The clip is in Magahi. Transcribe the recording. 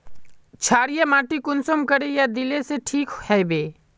क्षारीय माटी कुंसम करे या दिले से ठीक हैबे?